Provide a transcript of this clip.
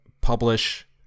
publish